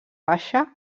baixa